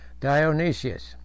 Dionysius